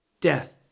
death